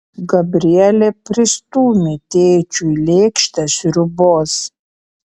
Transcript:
gabrielė pristūmė tėčiui lėkštę sriubos